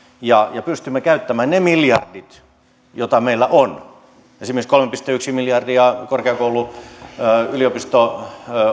ja pystymme käyttämään ne miljardit jotka meillä on esimerkiksi kolme pilkku yksi miljardia korkeakoulu ja yliopisto